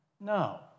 No